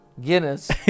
Guinness